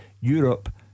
Europe